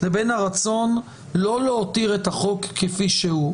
ובין הרצון לא להותיר את החוק כפי שהוא.